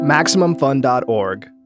MaximumFun.org